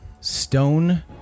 stone